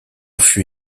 fut